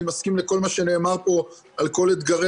אני מסכים לכל מה שנאמר פה על כל אתגרי